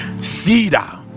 cedar